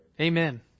Amen